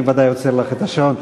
אני ודאי עוצר לך את השעון,